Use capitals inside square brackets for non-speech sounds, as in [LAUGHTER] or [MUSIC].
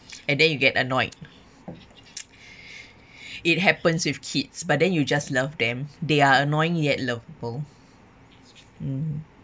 and then you get annoyed [NOISE] [BREATH] it happens with kids but then you just love them they are annoying yet lovable mm